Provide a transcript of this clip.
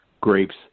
grapes